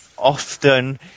often